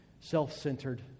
self-centered